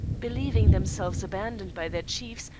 believing themselves abandoned by their chiefs,